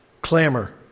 clamor